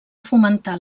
fomentar